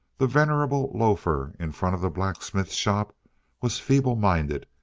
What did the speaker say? the venerable loafer in front of the blacksmith's shop was feeble-minded,